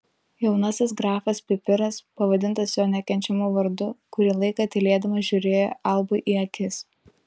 jaunasis grafas pipiras pavadintas jo nekenčiamu vardu kurį laiką tylėdamas žiūrėjo albui į akis